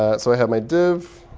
ah so i have my div.